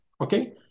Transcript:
Okay